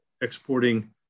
exporting